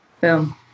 Boom